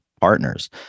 partners